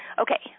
Okay